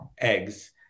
eggs